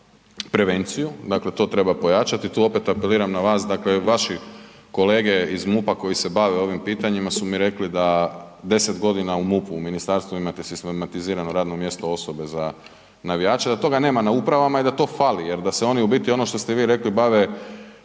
prevenciju. Dakle, to treba pojačati, tu opet apeliram na vas, dakle vaši kolege iz MUP-a koji se bave ovim pitanjima su mi rekli da 10 g. u MUP-u u ministarstvu imate sistematizirano radno mjesto osobe za navijače, da toga nema na upravama i da to fali jer da se oni u biti, ono što ste vi rekli bave